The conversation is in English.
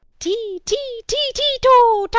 ti, ti, ti, ti, to,